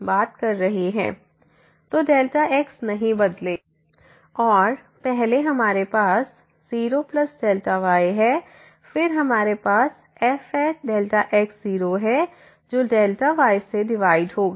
तो Δx नहीं बदलेगा और पहले हमारे पास 0Δy है फिर हमारे पास fΔx 0 है जो Δy से डिवाइड होगा